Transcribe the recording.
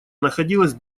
находилась